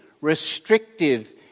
restrictive